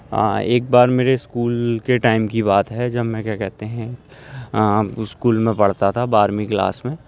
ہاں ایک بار میرے اسکول کے ٹائم کی بات ہے جب میں کیا کہتے ہیں اسکول میں پڑھتا تھا بارھویں کلاس میں